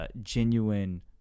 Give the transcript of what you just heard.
genuine